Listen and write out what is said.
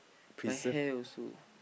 my hair also